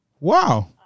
Wow